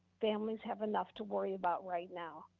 families have enough to worry about right now,